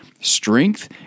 strength